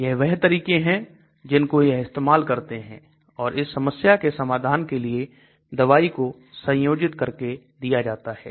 यह वह तरीके हैं जिनको यह इस्तेमाल करते हैं और इस समस्या के समाधान के लिए दवाई को संयोजित करके दिया जाता है